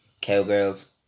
Cowgirls